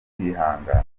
kwihangana